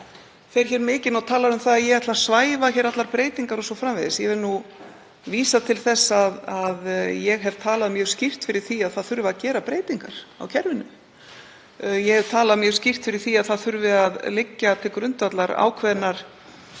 fer hér mikinn og talar um að ég ætli að svæfa allar breytingar o.s.frv. Ég vil nú vísa til þess að ég hef talað mjög skýrt fyrir því að það þurfi að gera breytingar á kerfinu. Ég hef talað mjög skýrt fyrir því að það þurfi að liggja til grundvallar ákveðnar